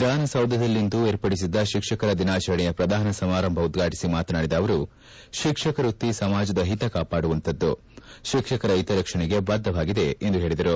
ವಿಧಾನಸೌಧದಲ್ಲಿಂದು ಏರ್ಪಡಿಸಿದ್ದ ಶಿಕ್ಷಕರ ದಿನಾಚರಣೆಯ ಪ್ರಧಾನ ಸಮಾರಂಭ ಉದ್ಘಾಟಿಸಿ ಮಾತನಾಡಿದ ಅವರು ಶಿಕ್ಷಕ ವೃತ್ತಿ ಸಮಾಜದ ಹಿತ ಕಾಪಾಡುವಂತಹದ್ದು ಶಿಕ್ಷಕರ ಜೊತೆಗೆ ಸರ್ಕಾರ ಸದಾ ಇರುತ್ತದೆ ಎಂದು ಹೇಳಿದರು